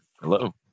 hello